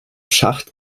schacht